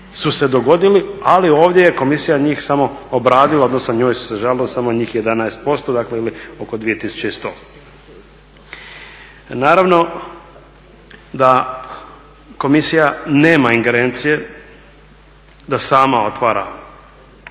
su se dogodili ali ovdje je komisija njih samo obradila, odnosno njoj su se žalili samo njih 11%, dakle ili oko 2100. Naravno da komisija nema ingerencije da sama otvara